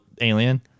alien